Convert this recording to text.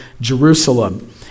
jerusalem